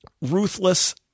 ruthless